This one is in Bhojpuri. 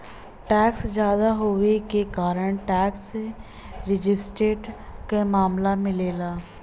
टैक्स जादा होये के कारण टैक्स रेजिस्टेंस क मामला मिलला